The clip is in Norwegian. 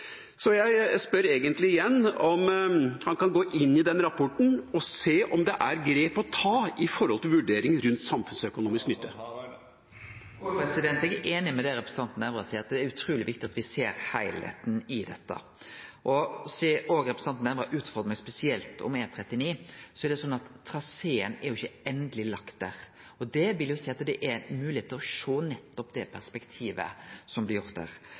Så jeg spør egentlig igjen om han kan gå inn i den rapporten og se om det er grep å ta med hensyn til vurdering rundt samfunnsøkonomisk nytte. Eg er einig i det representanten Nævra seier, at det er utruleg viktig at me ser heilskapen i dette. Og sidan representanten Nævra utfordra meg spesielt på E39: Traseen er jo ikkje endeleg lagd der. Det vil seie at det er mogleg å sjå nettopp det perspektivet. Og det er jo sånn at når me eventuelt kjem til